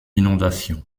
inondations